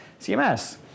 CMS